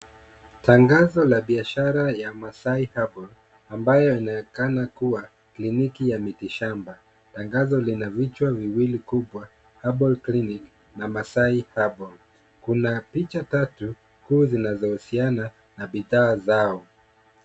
Tangazo la biashara ya Maasai herbal , ambayo inaonekana kua kliniki ya miti shamba. Tangazo lina vichwa viwili kubwa, Herbal Clinic na Maasai Herbal . Kuna picha tatu kuu zinazohusiana na bidhaa zao.